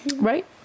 Right